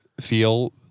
feel